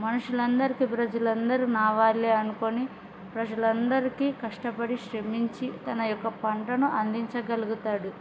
మనుషులు అందరికి ప్రజలందరు నా వాళ్ళు అనుకొని ప్రజలందరికి కష్టపడి శ్రమించి తన యొక్క పంటను అందించగలుగుతాడు